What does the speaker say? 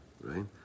right